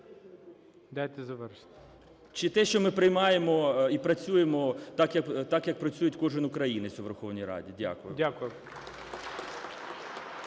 Дайте завершити. ФРОЛОВ П.В. Чи те, що ми приймаємо і працюємо так як працює кожен українець, у Верховній Раді. Дякую.